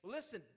listen